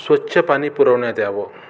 स्वच्छ पाणी पुरवण्यात यावं